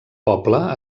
poble